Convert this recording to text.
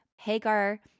Hagar